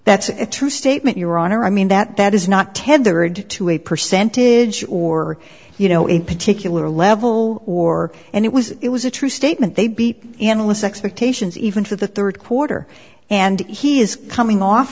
that's a true statement your honor i mean that that is not tethered to a percentage or you know a particular level or and it was it was a true statement they beat analyst expectations even for the third quarter and he is coming off